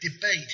debate